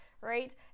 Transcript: right